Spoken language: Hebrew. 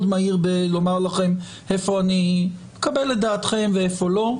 מהיר לומר לכם היכן אני מקבל את דעתכם והיכן לא.